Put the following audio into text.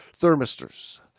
thermistors